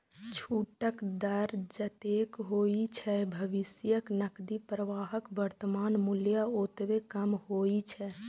छूटक दर जतेक होइ छै, भविष्यक नकदी प्रवाहक वर्तमान मूल्य ओतबे कम होइ छै